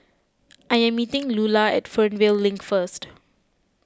I am meeting Lulah at Fernvale Link first